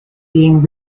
being